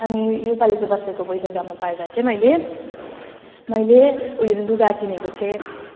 अनि योपालिको दसैँको पैसा जम्मा पारेर चाहिँ मैले मैले उयो लुगा किनेको थिएँ